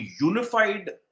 unified